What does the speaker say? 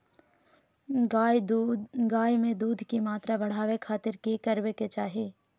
गाय में दूध के मात्रा बढ़ावे खातिर कि खिलावे के चाही?